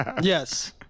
yes